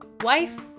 Wife